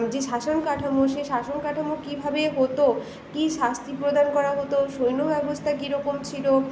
যে শাসন কাঠামো সেই শাসন কাঠামো কীভাবে হতো কী শাস্তি প্রদান করা হতো সৈন্য ব্যবস্থা কীরকম ছিল